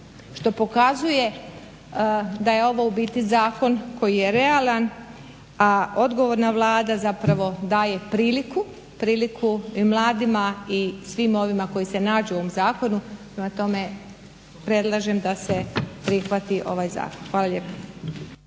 što pokazuje da je ovo u biti zakon koji je realan, a odgovorna Vlada zapravo daje priliku, priliku i mladima i svim ovima koji se nađu u ovom zakonu. Prema tome, predlažem da se prihvati ovaj zakon. Hvala lijepa.